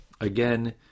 again